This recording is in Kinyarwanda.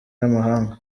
n’amahanga